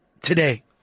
today